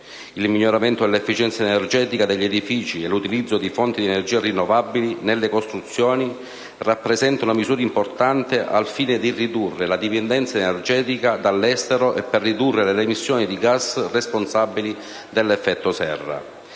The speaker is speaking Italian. Il miglioramento dell'efficienza energetica degli edifici e l'utilizzo di fonti di energia rinnovabili nelle costruzioni sono misure importanti al fine di ridurre la dipendenza energetica dall'estero e per ridurre le emissioni di gas responsabili dell'effetto serra.